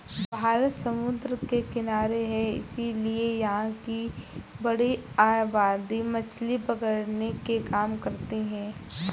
भारत समुद्र के किनारे है इसीलिए यहां की बड़ी आबादी मछली पकड़ने के काम करती है